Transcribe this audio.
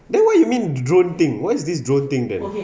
then what do you mean drone thing what is this drone thing then